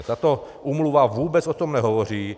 Tato úmluva vůbec o tom nehovoří.